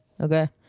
Okay